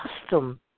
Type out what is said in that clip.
custom